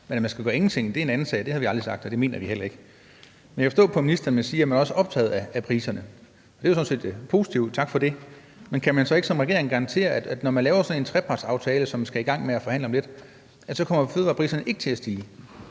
Men at man skal gøre ingenting, er en anden sag. Det har vi aldrig sagt, og det mener vi heller ikke. Jeg kan forstå på ministeren, at man siger, at man også er optaget af priserne. Det er jo sådan set positivt, og tak for det. Men kan man så ikke som regering garantere, at når man laver sådan en trepartsaftale, som vi skal i gang med at forhandle om om lidt, kommer fødevarepriserne ikke til at stige?